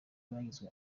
bagizwe